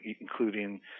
including